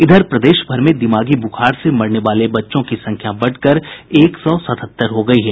इधर प्रदेशभर में दिमागी ब्रुखार से मरने वाले बच्चों की संख्या बढ़कर एक सौ सतहत्तर हो गयी है